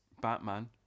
Batman